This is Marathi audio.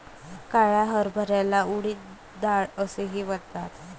काळ्या हरभऱ्याला उडीद डाळ असेही म्हणतात